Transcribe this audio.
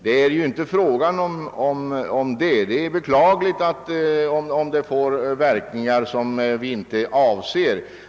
Det är beklagligt om förslaget får verkningar som inte är avsedda.